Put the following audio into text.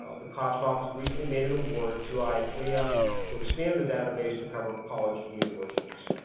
ah the cops office recently made an award to iaclea ah to expand the database to cover colleges and universities.